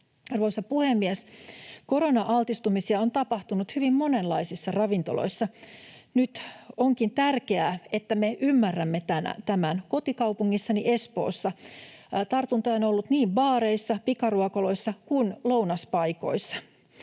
Arvoisa puhemies! Korona-altistumisia on tapahtunut hyvin monenlaisissa ravintoloissa. Nyt onkin tärkeää, että me ymmärrämme tämän. Kotikaupungissani Espoossa tartuntoja on ollut niin baareissa, pikaruokaloissa kuin lounaspaikoissa.